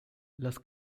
las